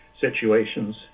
situations